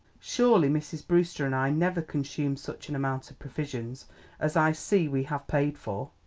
surely mrs. brewster and i never consumed such an amount of provisions as i see we have paid for.